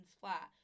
flat